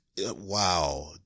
wow